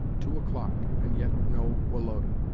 two o'clock, and yet no woloda.